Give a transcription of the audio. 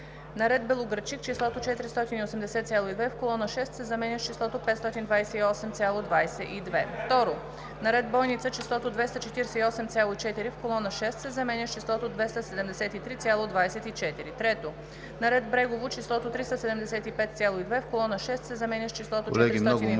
на ред Белоградчик числото „480,2“ в колона 6 се заменя с числото „528,22“. 2. на ред Бойница числото „248,4“ в колона 6 се заменя с числото 273,24“. 3. на ред Брегово числото „375,2“ в колона 6 се заменя с числото „412,72“.